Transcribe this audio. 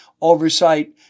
Oversight